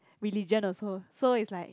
religion also so is like